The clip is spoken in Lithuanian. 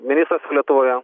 ministras lietuvoje